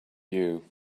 you